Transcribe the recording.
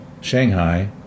Shanghai